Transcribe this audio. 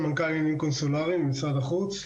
סמנכ"ל לעניינים קונסולריים במשרד החוץ.